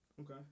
Okay